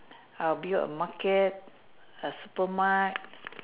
I'll build a market a super mart